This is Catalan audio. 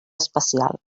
especial